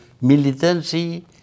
militancy